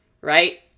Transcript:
right